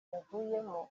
yavuyemo